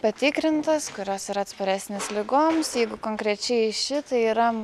patikrintas kurios yra atsparesnės ligoms jeigu konkrečiai ši tai yra